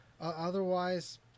Otherwise